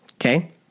Okay